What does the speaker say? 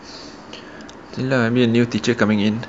okay lah I mean new teacher coming in